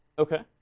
ok.